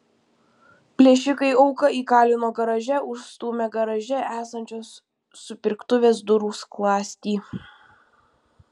plėšikai auką įkalino garaže užstūmę garaže esančios supirktuvės durų skląstį